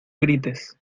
grites